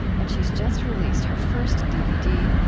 and she's just released her first dvd,